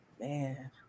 man